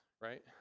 right